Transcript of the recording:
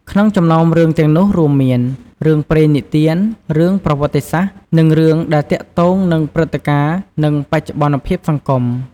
ក្នុងចំណោមរឿងទាំងនោះរួមមាន រឿងព្រេងនិទាន រឿងប្រវត្តិសាស្ត្រ និងរឿងដែលទាក់ទងនឹងព្រឹត្តិការណ៍ និងបច្ចុប្បន្នភាពសង្គម ។